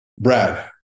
Brad